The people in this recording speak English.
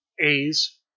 A's